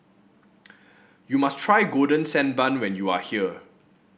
you must try Golden Sand Bun when you are here